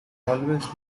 always